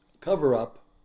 cover-up